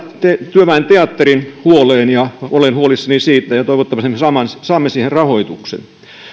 työväen teatterin huoleen ja olen huolissani siitä ja toivottavasti me saamme siihen rahoituksen